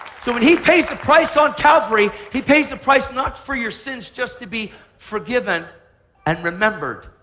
so when he pays the price on calvary, he pays the price not for your sins just to be forgiven and remembered.